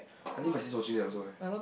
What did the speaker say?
I think my sister watching that also eh